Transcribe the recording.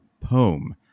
poem